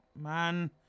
man